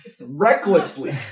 Recklessly